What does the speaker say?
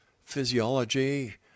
physiology